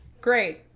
Great